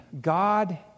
God